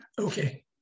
okay